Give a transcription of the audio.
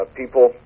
people